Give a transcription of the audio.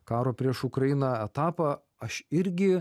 karo prieš ukrainą etapą aš irgi